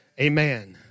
Amen